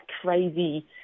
crazy